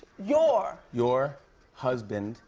your. your husband